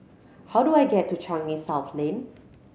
how do I get to Changi South Lane